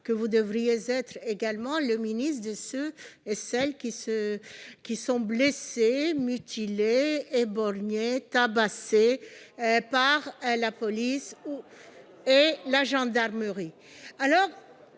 que vous devriez être également le ministre de celles et de ceux qui sont blessés, mutilés, éborgnés, tabassés par la police et la gendarmerie